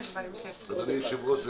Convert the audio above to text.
אדוני היושב-ראש,